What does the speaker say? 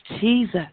Jesus